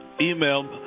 email